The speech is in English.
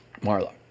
Marla